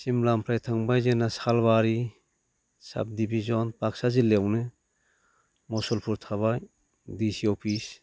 सिमलानिफ्राय थांबाय जोंना Salbari sub division Baksa जिल्लायावनो मुसलपुर थाबाय डि सि अफिस